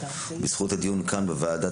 ובזכות הדיון כאן בוועדה,